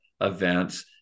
events